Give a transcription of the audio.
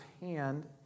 Hand